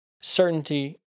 certainty